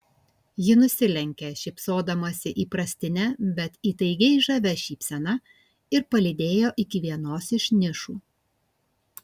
ji nusilenkė šypsodamasi įprastine bet įtaigiai žavia šypsena ir palydėjo iki vienos iš nišų